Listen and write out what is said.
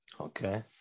Okay